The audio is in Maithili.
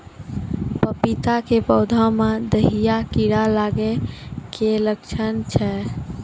पपीता के पौधा मे दहिया कीड़ा लागे के की लक्छण छै?